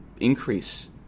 increase